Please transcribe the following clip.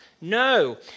No